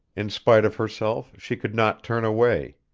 in spite of herself she could not turn away.